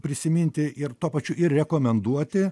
prisiminti ir tuo pačiu ir rekomenduoti